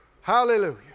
Hallelujah